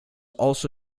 also